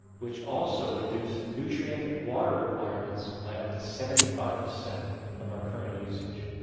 which also reduce nutrient and water requirements by up to seventy five percent of our current usage.